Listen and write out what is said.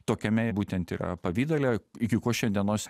tokiame būtent yra pavidale iki ko šiandienos